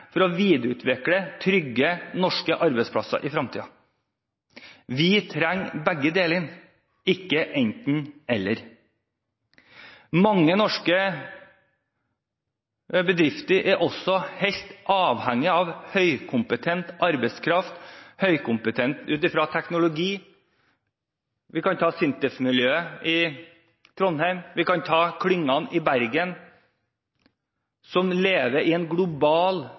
for å videreutvikle og trygge norske arbeidsplasser i fremtiden. Vi trenger begge deler, ikke enten–eller. Mange norske bedrifter er helt avhengig av høykompetent teknologisk arbeidskraft. Vi kan nevne SINTEF-miljøet i Trondheim. Vi kan nevne klyngene i Bergen som lever i en global